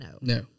No